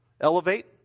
elevate